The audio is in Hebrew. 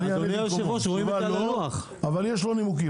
נתון נוסף